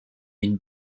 une